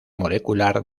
molecular